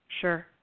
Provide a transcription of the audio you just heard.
Sure